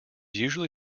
usually